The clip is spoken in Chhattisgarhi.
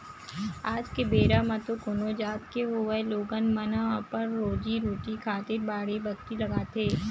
आज के बेरा म तो कोनो जात के होवय लोगन मन ह अपन रोजी रोटी खातिर बाड़ी बखरी लगाथे